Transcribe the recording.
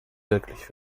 wirklich